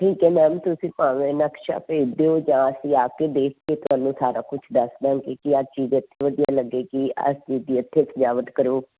ਠੀਕ ਹੈ ਮੈਮ ਤੁਸੀਂ ਭਾਵੇਂ ਨਕਸ਼ਾ ਭੇਜ ਦਿਓ ਜਾਂ ਅਸੀਂ ਆ ਕੇ ਦੇਖ ਕੇ ਤੁਹਾਨੂੰ ਸਾਰਾ ਕੁਝ ਦੱਸ ਦਵਾਂਗੇ ਕਿ ਆਹ ਚੀਜ਼ ਇੱਥੇ ਵਧੀਆ ਲੱਗੇਗੀ ਆਹ ਚੀਜ਼ ਦੀ ਇੱਥੇ ਸਜਾਵਟ ਕਰੋ